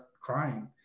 crying